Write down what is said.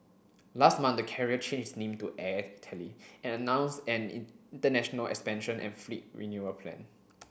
last month the carrier changed its name to Air Italy and announced an international expansion and fleet renewal plan